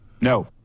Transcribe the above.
No